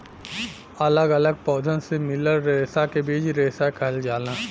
अलग अलग पौधन से मिलल रेसा के बीज रेसा कहल जाला